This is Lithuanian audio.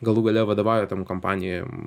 galų gale vadovauja tom kompanijom